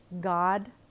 God